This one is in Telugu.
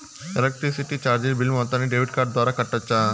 ఎలక్ట్రిసిటీ చార్జీలు బిల్ మొత్తాన్ని డెబిట్ కార్డు ద్వారా కట్టొచ్చా?